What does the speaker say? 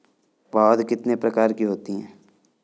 पौध कितने प्रकार की होती हैं?